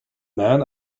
man